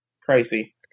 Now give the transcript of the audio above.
Crazy